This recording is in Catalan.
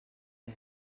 veu